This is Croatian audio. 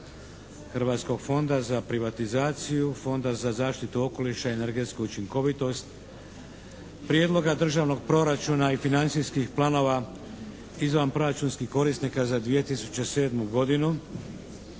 Hrvatskog fonda za privatizaciju, Fonda za zaštitu okoliša i energetsku učinkovitost, Prijedloga Državnog proračuna i financijskih planova izvanproračunskih korisnika za 2007. godinu,